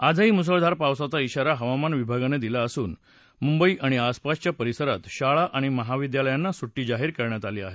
आजही मुसळधार पावसाचा इशारा हवामान विभागानं दिला असून मुंबई आणि आसपासच्या परिसरात शाळा आणि महाविद्यालयांना सुट्टी जाहीर करण्यात आली आहे